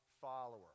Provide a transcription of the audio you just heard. follower